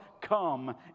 come